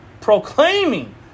proclaiming